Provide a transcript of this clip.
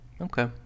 okay